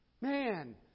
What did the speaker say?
man